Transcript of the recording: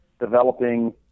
developing